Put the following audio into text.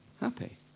Happy